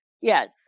Yes